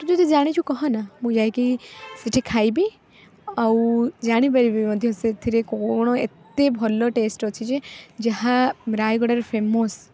ତୁ ଯଦି ଜାଣିଛୁ କହ ନା ମୁଁ ଯାଇକି ସେଇଠି ଖାଇବି ଆଉ ଜାଣିପାରିବି ମଧ୍ୟ ସେଥିରେ କ'ଣ ଏତେ ଭଲ ଟେଷ୍ଟ ଅଛି ଯେ ଯାହା ରାୟଗଡ଼ାରେ ଫେମସ୍